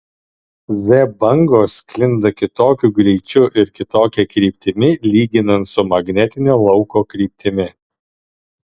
z bangos sklinda kitokiu greičiu ir kitokia kryptimi lyginant su magnetinio lauko kryptimi